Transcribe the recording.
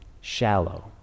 shallow